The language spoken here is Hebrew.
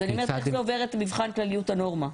אז אני אומרת איך זה עובר את מבחן כלליות הנורמה?